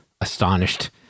astonished